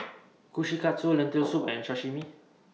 Kushikatsu Lentil Soup and Sashimi